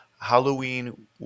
Halloween